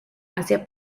hacia